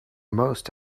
most